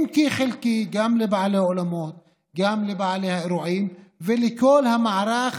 אם כי חלקי, לבעלי האולמות והאירועים ולכל המערך